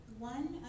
One